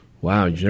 Wow